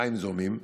מים זורמים,